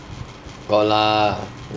got lah